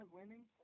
winning